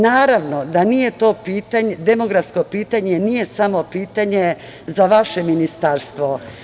Naravno da demografsko pitanje nije samo pitanje za vaše ministarstvo.